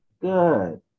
Good